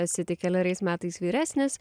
esi tik keleriais metais vyresnis